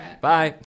Bye